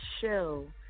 show